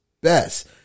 best